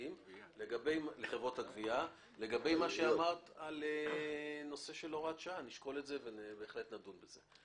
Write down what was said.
לגבי מה שאמרת על נושא הוראת השעה נשקול את זה ובהחלט נדון בזה.